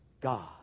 God